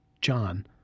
John